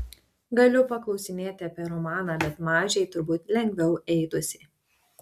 galiu paklausinėti apie romaną bet mažei turbūt lengviau eitųsi